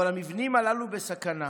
אבל המבנים הללו בסכנה,